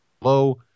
low